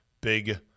big